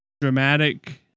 dramatic